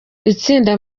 itsinda